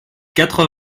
quatre